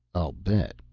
i'll bet,